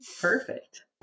Perfect